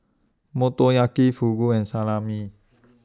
Motoyaki Fugu and Salami